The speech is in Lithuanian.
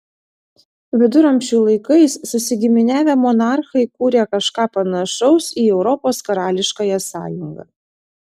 viduramžių laikais susigiminiavę monarchai kūrė kažką panašaus į europos karališkąją sąjungą